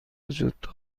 وجود